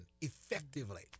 effectively